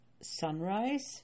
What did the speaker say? sunrise